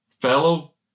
fellow